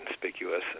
conspicuous